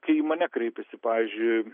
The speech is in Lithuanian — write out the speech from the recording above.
kai į mane kreipiasi pavyzdžiui